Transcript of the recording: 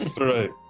right